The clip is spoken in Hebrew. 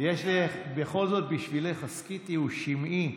הסכיתי ושמעי: